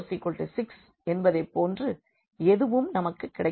0 6 என்பதைப் போன்று எதுவும் நமக்கு கிடைக்கவில்லை